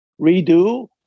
redo